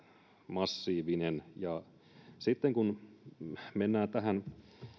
massiivinen mennään sitten tähän